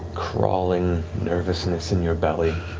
crawling nervousness in your belly,